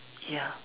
ya